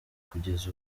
kugeza